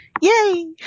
Yay